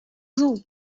zoom